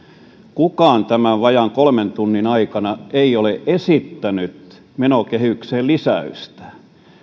kukaan tämän vajaan kolmen tunnin aikana ei ole esittänyt menokehykseen lisäystä